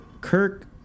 Kirk